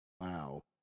Wow